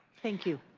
thank you.